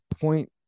point